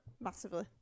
Massively